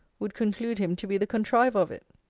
would conclude him to be the contriver of it.